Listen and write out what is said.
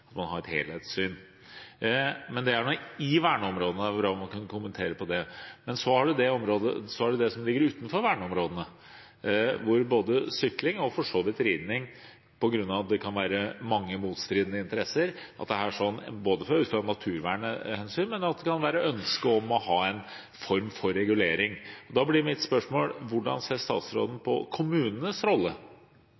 at man må ha et helhetssyn. Men det er i verneområdene, og det er bra om man kan kommentere det, men så har vi det som ligger utenfor verneområdene – både med tanke på sykling og for så vidt også ridning – for her kan det være mange motstridende interesser, både ut fra naturvernhensyn og ut fra et ønske om å ha en form for regulering. Da blir mitt spørsmål: Hvordan ser statsråden